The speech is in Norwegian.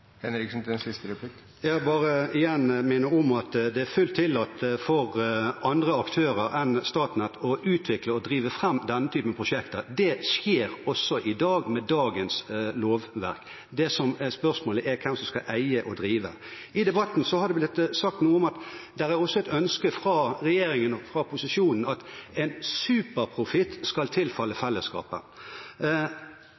Jeg bare minner igjen om at det er fullt tillatt for andre aktører enn Statnett å utvikle og drive fram denne typen prosjekter. Det skjer også i dag med dagens lovverk. Det som er spørsmålet, er hvem som skal eie og drive. I debatten har det blitt sagt noe om at det også er et ønske fra regjeringen og fra posisjonen at en superprofitt skal tilfalle